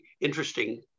interesting